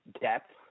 depth